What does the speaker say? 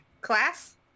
Class